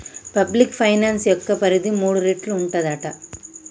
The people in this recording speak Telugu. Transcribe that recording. పబ్లిక్ ఫైనాన్స్ యొక్క పరిధి మూడు రేట్లు ఉంటదట